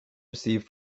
receive